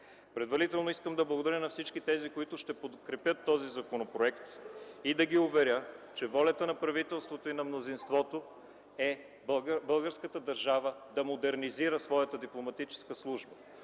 Предварително искам да благодаря на всички, които ще подкрепят законопроекта, и да ги уверя, че волята на правителството и на мнозинството е българската държава да модернизира своята дипломатическа служба.